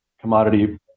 commodity